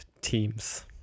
teams